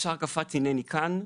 ישר קפץ: הנני כאן.